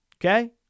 okay